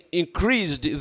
increased